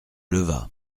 leva